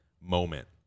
moment